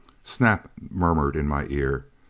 snap murmured in my ear,